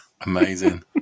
Amazing